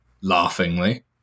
laughingly